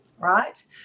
right